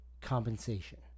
compensation